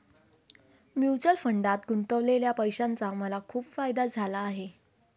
mutual फंडात गुंतवलेल्या पैशाचा मला खूप फायदा झाला आहे